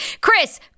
Chris